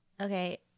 Okay